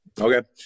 Okay